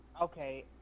Okay